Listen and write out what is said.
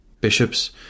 bishops